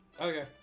Okay